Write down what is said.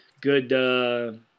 good